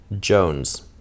Jones